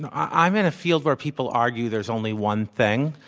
and i'm in a field where people argue there's only one thing,